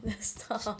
stop